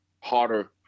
harder